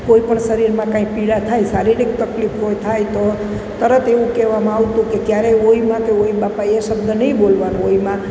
કોઈપણ શરીરમાં કાંઇ પીડા થાય શારીરિક તકલીફ કોઈ થાય તો તરત એવું કહેવામાં આવતું કે ક્યારેય ઓય મા તે ઓય બાપા એ શબ્દ નહીં બોલવાનો ઓય મા